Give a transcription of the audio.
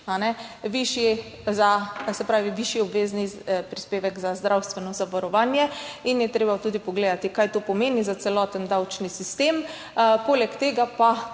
višji obvezni prispevek za zdravstveno zavarovanje, in je treba tudi pogledati, kaj to pomeni za celoten davčni sistem. Poleg tega pa